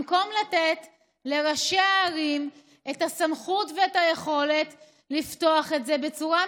במקום לתת לראשי הערים את הסמכות ואת היכולת לפתוח את זה בצורה מסודרת.